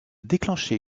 déclenché